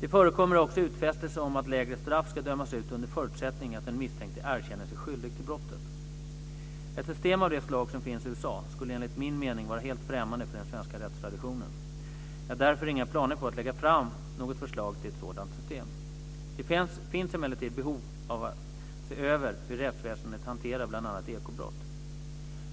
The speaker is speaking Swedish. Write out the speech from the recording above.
Det förekommer också utfästelser om att lägre straff ska dömas ut under förutsättning att den misstänkte erkänner sig skyldig till brottet. Ett system av det slag som finns i USA skulle enligt min mening vara helt främmande för den svenska rättstraditionen. Jag har därför inga planer på att lägga fram något förslag till ett sådant system. Det finns emellertid behov av att se över hur rättsväsendet hanterar bl.a. ekobrott.